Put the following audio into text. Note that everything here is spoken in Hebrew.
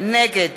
נגד